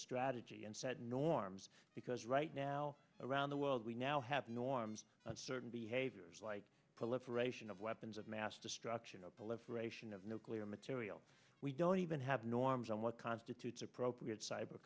strategy and set norms because right now around the world we now have norms and certain behaviors like proliferation of weapons of mass destruction proliferation of nuclear materials we don't even have norms on what constitutes appropriate cyber